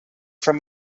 from